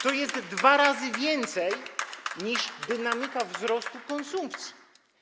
To jest dwa razy więcej niż dynamika wzrostu konsumpcji.